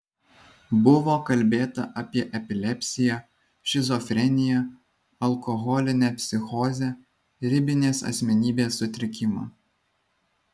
buvo kalbėta apie epilepsiją šizofreniją alkoholinę psichozę ribinės asmenybės sutrikimą